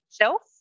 shelf